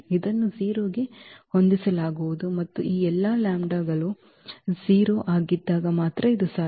ಇದನ್ನು 0 ಗೆ ಹೊಂದಿಸಲಾಗುವುದು ಮತ್ತು ಈ ಎಲ್ಲಾ ಲ್ಯಾಂಬ್ಡಾಗಳು 0 ಆಗಿದ್ದಾಗ ಮಾತ್ರ ಇದು ಸಾಧ್ಯ